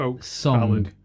song